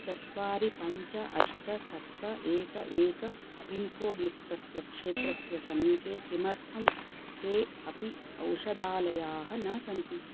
चत्वारि पञ्च अष्ट सप्त एक एक पिन्कोड् युक्तस्य क्षेत्रस्य समीपे किमर्थं के अपि औषधालयाः न सन्ति